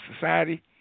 Society